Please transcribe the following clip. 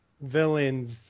villains